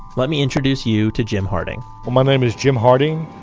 let me introduce you to jim harding well my name is jim harding.